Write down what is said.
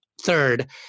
third